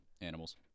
Animals